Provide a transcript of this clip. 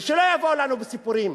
ושלא יבואו לנו בסיפורים.